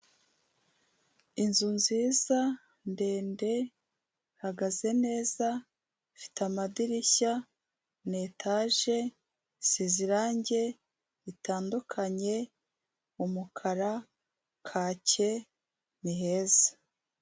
Inzu nziza, ndende, ihagaze neza, ifite amadirishya, ni etaje, isize irange ritandukanye; umukara, kake, ni heza.